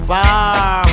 Far